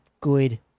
good